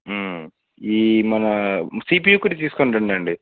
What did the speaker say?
ఈ మన సీపీయూ కూడా తీసుకునిరండి అండి